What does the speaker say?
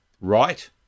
right